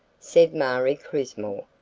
said marie crismore.